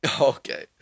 okay